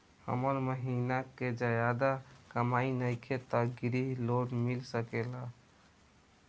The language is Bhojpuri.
हमर महीना के ज्यादा कमाई नईखे त ग्रिहऽ लोन मिल सकेला?